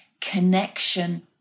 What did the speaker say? connection